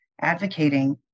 advocating